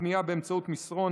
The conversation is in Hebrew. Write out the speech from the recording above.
פנייה באמצעות מסרון),